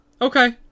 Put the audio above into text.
Okay